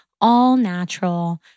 all-natural